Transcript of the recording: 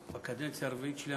אני בקדנציה הרביעית שלי,